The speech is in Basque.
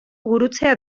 gurutzea